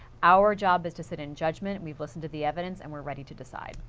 our job is to sit in judgment, we listened to the evidence and we are ready to decide.